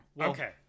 okay